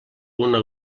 una